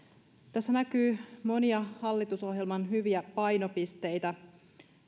tässä näkyy monia hallitusohjelman hyviä painopisteitä